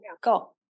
go